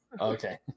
Okay